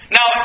Now